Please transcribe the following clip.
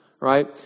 right